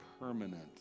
permanent